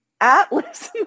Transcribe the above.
Atlas